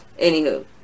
Anywho